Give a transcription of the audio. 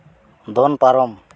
ᱫᱚᱱ ᱯᱟᱨᱚᱢ